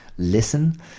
listen